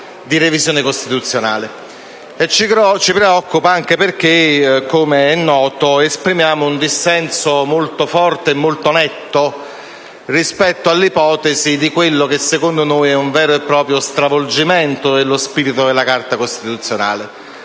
Ci preoccupa anche perché - come noto - esprimiamo un dissenso molto forte e netto rispetto all'ipotesi di quello che secondo noi è un vero e proprio stravolgimento dello spirito della Carta costituzionale.